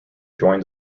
join